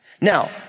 Now